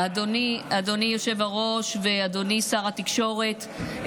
אדוני היושב-ראש ואדוני שר התקשורת,